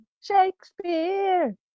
Shakespeare